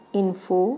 info